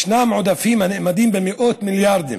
ישנם עודפים הנאמדים במאות מיליארדים